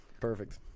Perfect